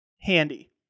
handy